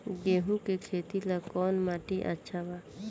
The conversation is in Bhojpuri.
गेहूं के खेती ला कौन माटी अच्छा बा?